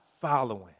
following